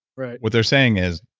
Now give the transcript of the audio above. right what they're saying is,